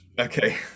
Okay